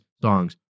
songs